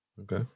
Okay